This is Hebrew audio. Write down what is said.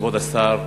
כבוד השר,